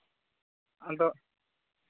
ᱟᱫᱚ